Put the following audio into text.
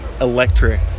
electric